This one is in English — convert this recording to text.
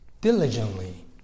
diligently